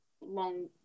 long